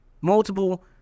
Multiple